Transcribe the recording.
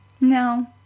No